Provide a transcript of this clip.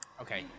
Okay